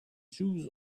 shoes